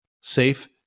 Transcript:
safe